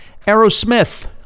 Aerosmith